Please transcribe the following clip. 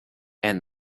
and